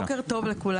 בוקר טוב לכולם,